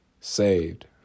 saved